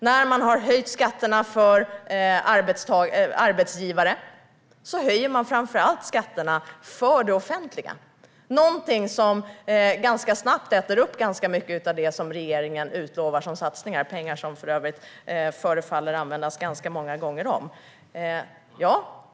När man höjer skatterna för arbetsgivare höjer man nämligen framför allt skatterna för det offentliga, någonting som ganska snabbt äter upp ganska mycket av det som regeringen utlovar som satsningar - pengar som för övrigt förefaller användas ganska många gånger om.